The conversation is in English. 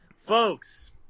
folks